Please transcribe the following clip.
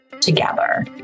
together